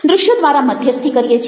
દ્રશ્યો દ્વારા મધ્યસ્થી કરીએ છીએ